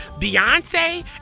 Beyonce